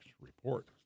report